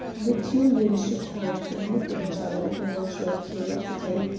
the two men shook hands and looked at each other with a natural curiosity,